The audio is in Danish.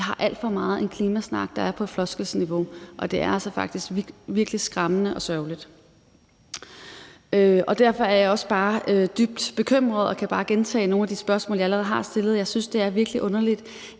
Vi har alt for meget en klimasnak, der er på floskelniveau, og det er altså faktisk virkelig skræmmende og sørgeligt. Kl. 20:18 Derfor er jeg også dybt bekymret og kan bare gentage nogle af de spørgsmål, jeg allerede har stillet. Jeg synes, det virkelig er underligt,